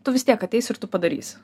tu vis tiek ateisi ir tu padarysi